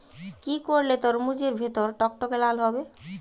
কি করলে তরমুজ এর ভেতর টকটকে লাল হবে?